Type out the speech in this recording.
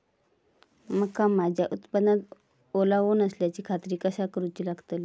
मका माझ्या उत्पादनात ओलावो नसल्याची खात्री कसा करुची लागतली?